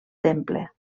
temple